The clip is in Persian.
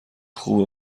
خوبه